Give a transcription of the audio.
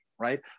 right